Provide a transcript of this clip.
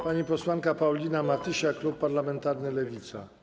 Pani posłanka Paulina Matysiak, klub parlamentarny Lewica.